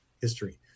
history